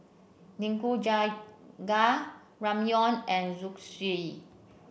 Nikujaga Ramyeon and Zosui